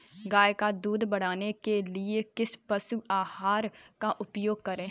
गाय का दूध बढ़ाने के लिए किस पशु आहार का उपयोग करें?